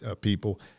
people